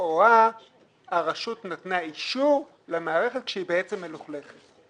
לכאורה הרשות נתנה אישור למערכת כשהיא בעצם מלוכלכת.